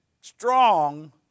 strong